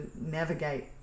navigate